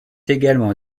également